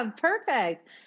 Perfect